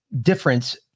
difference